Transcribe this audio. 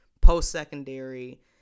post-secondary